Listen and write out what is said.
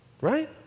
right